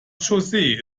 josé